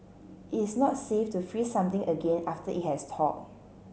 it's not safe to freeze something again after it has thawed